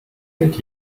gilt